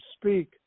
speak